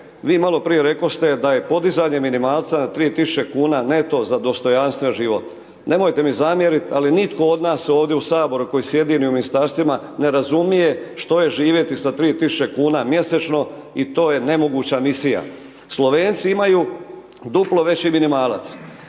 vi maloprije rekoste da je podizanje minimalca na 3000 kuna neto za dostojanstven život. Nemojte mi zamjeriti, ali nitko od nas ovdje u Saboru koji sjedi, ni u Ministarstvima, ne razumije što je živjeti sa 3000 kuna mjesečno, i to je nemoguća misija. Slovenci imaju duplo veći minimalac.